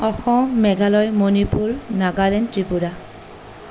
Assam Meghalaya Manipur Nagaland Tripura